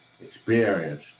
experience